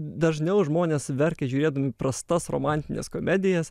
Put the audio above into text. dažniau žmonės verkia žiūrėdami prastas romantines komedijas